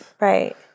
Right